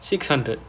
six hundred